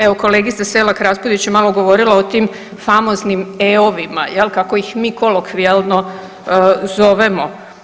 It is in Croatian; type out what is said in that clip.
Evo kolegica Selak Raspudić je malo govorila o tim famoznim E-ovima jel kako ih mi kolokvijalno zovemo.